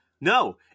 No